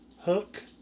Hook